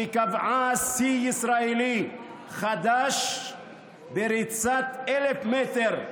שקבעה שיא ישראלי חדש בריצת 1,000 מטר.